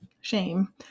shame